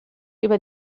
über